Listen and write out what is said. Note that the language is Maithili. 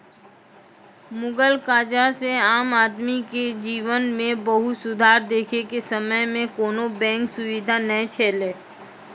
मुगल काजह से आम आदमी के जिवन मे बहुत सुधार देखे के समय मे कोनो बेंक सुबिधा नै छैले